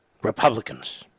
Republicans